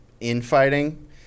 infighting